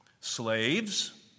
Slaves